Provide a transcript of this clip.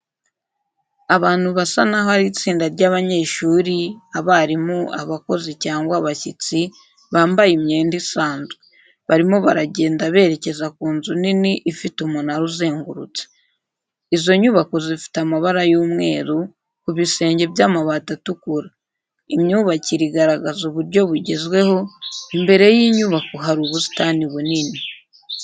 Abantu basa n'aho ari itsinda ry'abanyeshuri, abarimu, abakozi cyangwa abashyitsi, bambaye imyenda isanzwe. Barimo baragenda berekeza ku nzu nini ifite umunara uzengurutse. Izo nyubako zifite amabara y'umweru, ku bisenge by'amabati atukura. Imyubakire igaragaza uburyo bugezweho, imbere y'inyubako hari ubusitani bunini.